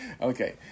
Okay